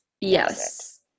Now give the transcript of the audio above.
Yes